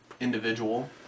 individual